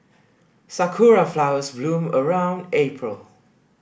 sakura flowers bloom around April